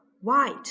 white